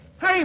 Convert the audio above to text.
Hey